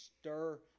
stir